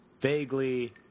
vaguely